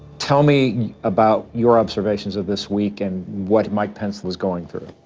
tell me about your observations of this week and what mike pence and is going through.